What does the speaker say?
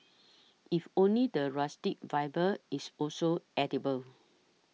if only the rustic vibe is also edible